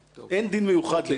אין דין מיוחד ליו"ש,